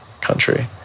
country